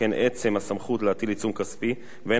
שכן הן עצם הסמכות להטיל עיצום כספי והן